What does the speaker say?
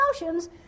emotions